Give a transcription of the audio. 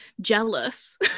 jealous